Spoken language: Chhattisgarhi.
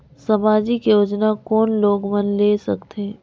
समाजिक योजना कोन लोग मन ले सकथे?